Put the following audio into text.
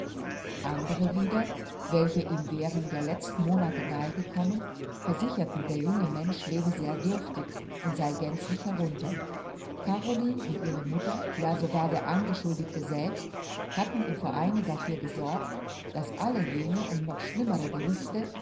andere wieder welche ihm während der letzteren monate nahe gekommen versicherten der junge mensch lebe sehr dürftig und sei gänzlich herunter caroline und ihre mutter ja sogar der angeschuldigte selbst hatten im vereine dafür gesorgt daß alle jene und noch schlimmere gerüchte